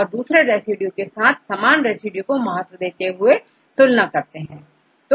और दूसरे रेसिड्यूज के साथ समान रेसिड्यू को महत्व देते हुए तुलना करते हैं